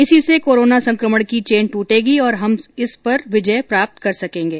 इसी से कोरोना संक्रमण की चैन टूटेगी और हम इस पर विजय प्राप्त कर सकेंगे